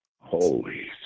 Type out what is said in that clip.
Holy